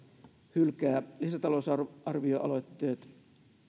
hylkää lisätalousarvioaloitteet